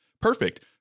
Perfect